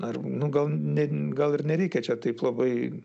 ar nu gal ne gal ir nereikia čia taip labai